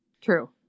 True